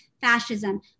fascism